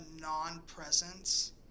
non-presence